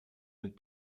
mit